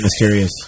mysterious